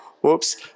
Whoops